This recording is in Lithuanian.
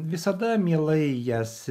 visada mielai jas